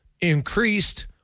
increased